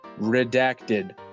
redacted